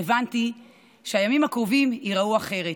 הבנתי שהימים הקרובים ייראו אחרת: